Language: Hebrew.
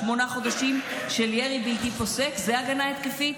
שמונה חודשים של ירי בלתי פוסק זה הגנה התקפית?